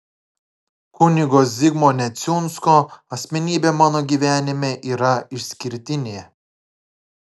kunigo zigmo neciunsko asmenybė mano gyvenime yra išskirtinė